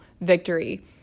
victory